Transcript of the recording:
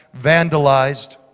vandalized